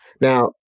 Now